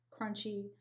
crunchy